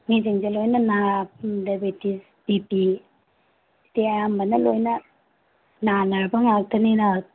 ꯃꯤꯁꯤꯡꯁꯦ ꯂꯣꯏꯅ diabetes B P ꯍꯧꯖꯤꯛꯇꯤ ꯑꯌꯥꯝꯕꯅ ꯂꯣꯏꯅ ꯅꯥꯅꯔꯕ ꯉꯥꯛꯇꯅꯤꯅ